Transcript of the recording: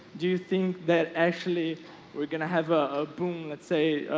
do you think that actually we're going to have a boom, let's say,